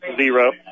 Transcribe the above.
zero